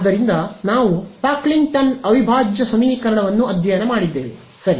ಆದ್ದರಿಂದ ನಾವು ಪಾಕ್ಲಿಂಗ್ಟನ್ ಅವಿಭಾಜ್ಯ ಸಮೀಕರಣವನ್ನು ಅಧ್ಯಯನ ಮಾಡಿದ್ದೇವೆ ಸರಿ